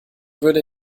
würde